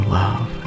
love